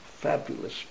Fabulous